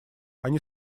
они